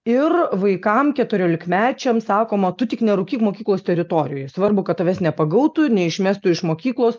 ir vaikam keturiolikmečiam sakoma tu tik nerūkyk mokyklos teritorijoj svarbu kad tavęs nepagautų neišmestų iš mokyklos